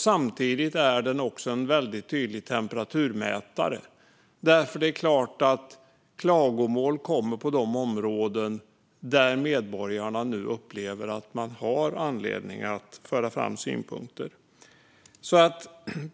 Samtidigt är den också en väldigt tydlig temperaturmätare. Klagomål kommer på de områden där medborgarna nu upplever att de har anledning att föra fram synpunkter.